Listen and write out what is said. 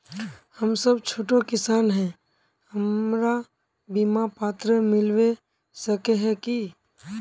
हम सब छोटो किसान है हमरा बिमा पात्र मिलबे सके है की?